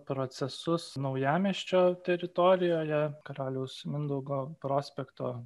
procesus naujamiesčio teritorijoje karaliaus mindaugo prospekto